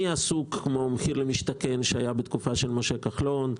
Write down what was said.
כמו: מחיר למשתכן, שהיה בתקופת משה כחלון,